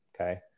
Okay